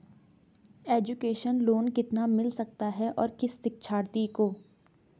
Education loan कितना मिल सकता है और किस शिक्षार्थी को?